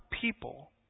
people